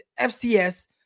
FCS